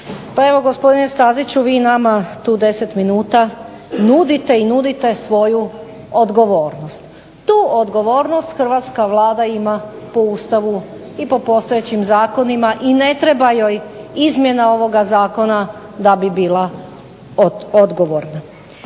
Pa evo gospodine Staziću tu 10 minuta nudite i nudite svoju odgovornost. Tu odgovornost hrvatska Vlada ima i po Ustavu i po postojećim zakonima i ne treba joj izmjena ovoga zakona da bi bila odgovorna.